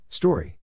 Story